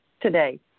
today